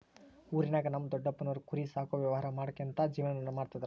ಊರಿನಾಗ ನಮ್ ದೊಡಪ್ಪನೋರು ಕುರಿ ಸಾಕೋ ವ್ಯವಹಾರ ಮಾಡ್ಕ್ಯಂತ ಜೀವನ ಮಾಡ್ತದರ